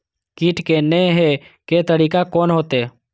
कीट के ने हे के तरीका कोन होते?